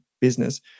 business